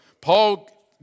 Paul